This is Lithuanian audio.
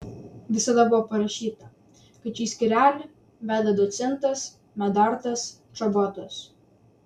visada buvo parašyta kad šį skyrelį veda docentas medardas čobotas